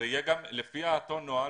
לפי אותו נוהל,